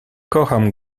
kocham